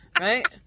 Right